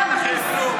קולבר לא נתן לכם?